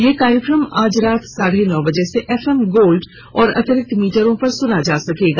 यह कार्यक्रम आज रात साढ़े नौ बजे से एफएम गोल्ड और अतिरिक्त मीटरों पर सुना जा सकता है